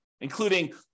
including